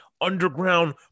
underground